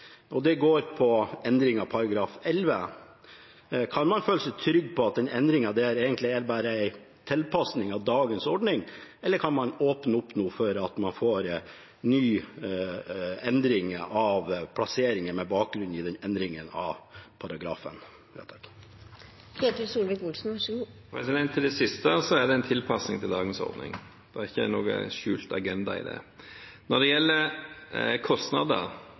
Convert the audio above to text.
endring av § 11: Kan man føle seg trygg på at den endringen bare er en tilpasning av dagens ordning, eller kan man nå åpne opp for at man får en ny endring av plassering, med bakgrunn i endringen av paragrafen? Til det siste: Det er en tilpasning av dagens ordning. Det er ikke noen skjult agenda i det. Når det gjelder kostnader: